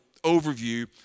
overview